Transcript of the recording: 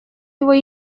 его